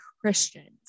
Christians